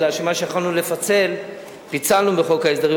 כי מה שיכולנו לפצל פיצלנו בחוק ההסדרים,